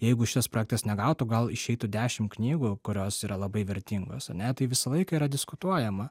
jeigu šitas projektas negautų gal išeitų dešimt knygų kurios yra labai vertingos ane tai visą laiką yra diskutuojama